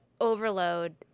overload